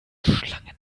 schlangen